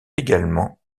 également